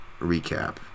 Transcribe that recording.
recap